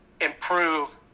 improve